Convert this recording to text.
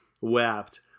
wept